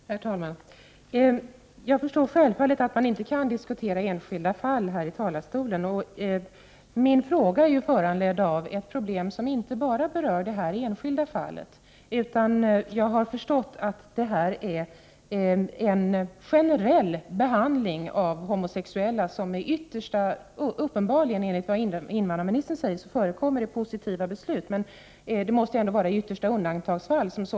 Herr talman! Jag förstår självfallet att man inte kan diskutera enskilda fall här i talarstolen, och min fråga är föranledd av ett problem som inte bara berör detta enskilda fall utan som, såvitt jag förstår, är en generell behandling av homosexuella. Enligt vad invandrarministern säger, förekommer det positiva beslut, men det måste vara i yttersta undantagsfall.